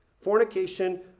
fornication